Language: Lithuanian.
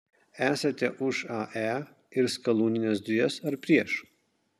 esate už ae ir skalūnines dujas ar prieš